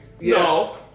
No